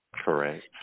Correct